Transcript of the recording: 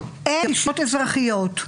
אין בחירות אישיות אזרחיות.